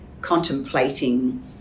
contemplating